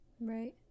Right